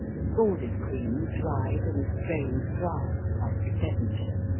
scalded cream dried and drained dry, like devonshire.